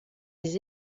les